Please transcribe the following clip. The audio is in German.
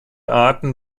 arten